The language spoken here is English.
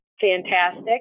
fantastic